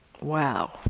Wow